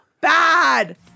bad